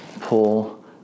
pull